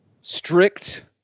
strict